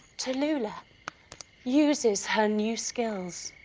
tallulah uses her new skills,